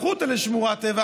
ואם כבר הפכו אותה לשמורת טבע,